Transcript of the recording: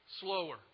slower